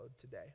today